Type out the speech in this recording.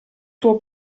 tuo